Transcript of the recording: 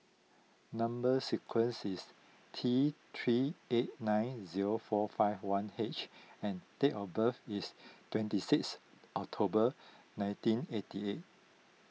Number Sequence is T three eight nine zero four five one H and date of birth is twenty six October nineteen eighty eight